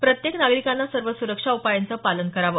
प्रत्येक नागरिकाने सर्व सुरक्षा उपायांचं पालन करावं